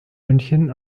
münchen